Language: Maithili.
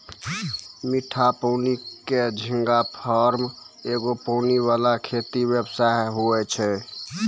मीठा पानी के झींगा फार्म एगो पानी वाला खेती व्यवसाय हुवै छै